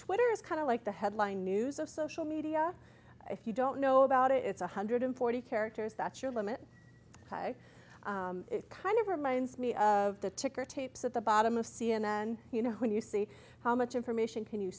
twitter is kind of like the headline news of social media if you don't know about it it's one hundred forty characters that's your limit it kind of reminds me of the ticker tapes at the bottom of c n n you know when you see how much information can you